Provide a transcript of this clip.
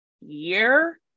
year